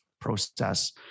process